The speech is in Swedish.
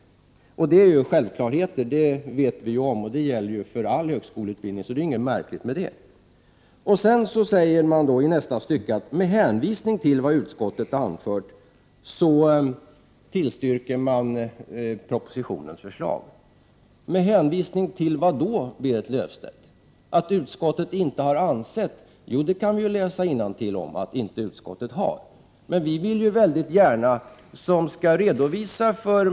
Detta vet vi om — det är ju självklarheter. Det här gäller för all högskoleutbildning, så det är inte något märkligt med det. I nästa stycke säger utskottsmajoriteten: ”Med hänvisning till vad utskottet anfört tillstyrker utskottet ——— de orter som föreslås i propositionen.” Med hänvisning till vad då, Berit Löfstedt? Att utskottet ”inte har ansett” kan vi läsa innantill, men vi som skall redovisa beslutet vill väldigt gärna veta varför.